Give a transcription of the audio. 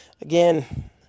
Again